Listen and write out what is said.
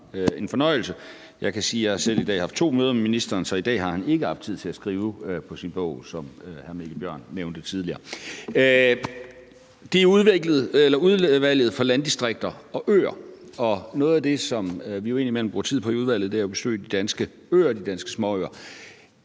jeg selv i dag har haft to møder med ministeren, så i dag har han ikke haft tid til at skrive på sin bog, jævnfør det, hr. Mikkel Bjørn nævnte tidligere. Det ligger i Udvalget for Landdistrikter og Øer, og noget af det, som vi jo indimellem bruger tid på i udvalget, er at besøge de danske øer